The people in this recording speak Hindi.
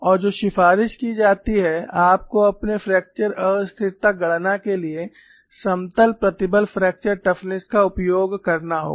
और जो सिफारिश की जाती है आपको अपने फ्रैक्चर अस्थिरता गणना के लिए समतल प्रतिबल फ्रैक्चर टफनेस का उपयोग करना होगा